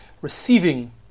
receiving